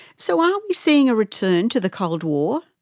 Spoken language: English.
so are we seeing a return to the cold war?